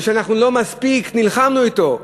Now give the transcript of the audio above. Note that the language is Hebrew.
מפני שאנחנו לא מספיק נלחמנו אתו.